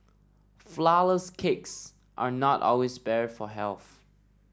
flourless cakes are not always better for health